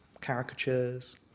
caricatures